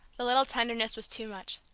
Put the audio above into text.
the little tenderness was too much.